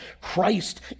Christ